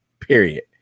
period